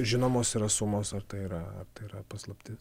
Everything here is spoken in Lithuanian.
žinomos yra sumos ar tai yra tai yra paslaptis